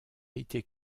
été